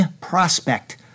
prospect